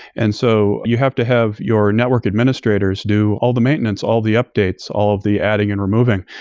and so you have to have your network administrators do all the maintenance, all the updates, all of the adding and removing.